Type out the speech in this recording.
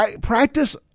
practice